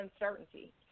uncertainty